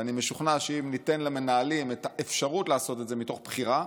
ואני משוכנע שאם ניתן למנהלים את האפשרות לעשות את זה מתוך בחירה,